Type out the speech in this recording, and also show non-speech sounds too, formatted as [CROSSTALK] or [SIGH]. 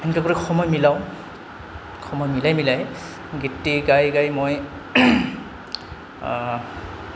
[UNINTELLIGIBLE] সময় মিলাওঁ সময় মিলাই মিলাই গীতটি গাই গাই মই